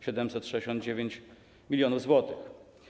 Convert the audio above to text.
769 mln zł.